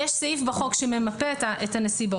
יש סעיף בחוק שממפה את הנסיבות.